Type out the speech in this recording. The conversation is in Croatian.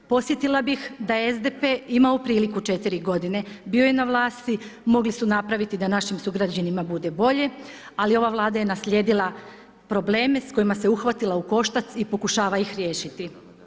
Podsjetila bih da je SDP imao priliku četiri godine, bio je na vlasti mogli su napraviti da našim sugrađanima bude bolje, ali ova Vlada je naslijedila probleme s kojima se uhvatila ukoštac i pokušava ih riješiti.